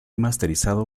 masterizado